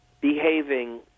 behaving